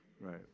right